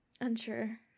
Unsure